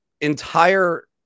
entire